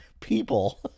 people